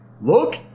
Look